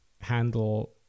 handle